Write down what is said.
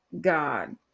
God